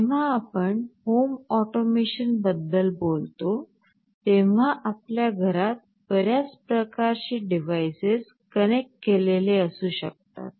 जेव्हा आपण होम ऑटोमेशनबद्दल बोलता तेव्हा आपल्या घरात बर्याच प्रकारचे डिव्हाइस कनेक्ट केलेले असू शकतात